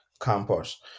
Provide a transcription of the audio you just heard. campus